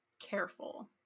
Careful